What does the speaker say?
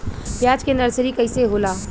प्याज के नर्सरी कइसे होला?